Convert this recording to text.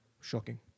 Shocking